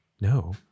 No